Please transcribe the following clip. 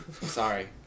Sorry